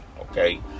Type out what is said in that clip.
Okay